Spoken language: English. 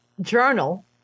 journal